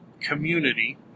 Community